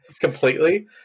completely